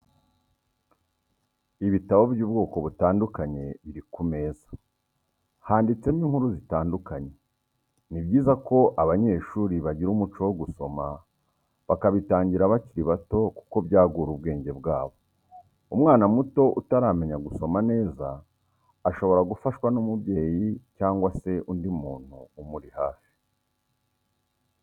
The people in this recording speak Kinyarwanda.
Ibitabo by'ubwoko butandukanye biri ku meza handitsemo inkuru zitandukanye, ni byiza ko abanyeshuri bagira umuco wo gusoma bakabitangira bakiri bato kuko byagura ubwenge bwabo, umwana muto utaramenya gusoma neza shobora gufashwa n'umubyeyi cyangwa se undi muntu umuri hafi.